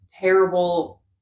terrible